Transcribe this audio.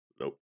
Nope